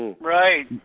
Right